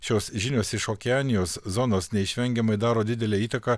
šios žinios iš okeanijos zonos neišvengiamai daro didelę įtaką